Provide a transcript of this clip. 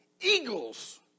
eagles